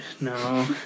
No